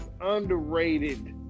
underrated